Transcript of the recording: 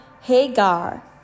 Hagar